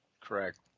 Correct